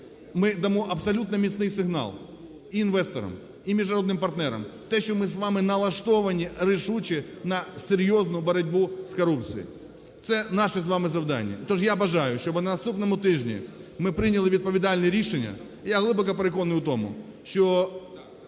ми дамо абсолютно міцний сигнал і інвесторам, і міжнародним партнерам в те, що ми з вами налаштовані рішуче на серйозну боротьбу з корупцією – це наше з вами завдання. То ж я бажаю, щоби на наступному тижні ми прийняли відповідальне рішення. Я глибоко переконаний у тому, що